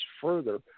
further